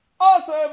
Awesome